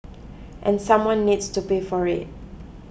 and someone needs to pay for it